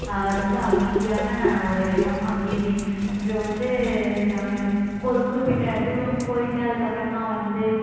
ரொம்ப அமைதியான ஒரு இடம் அங்கேயுமே அப்புறம் வந்து நாங்கள் ஒரு குறிப்பிட்ட தூரம் போயிட்டு அதுக்கப்புறமா வந்து